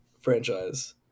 franchise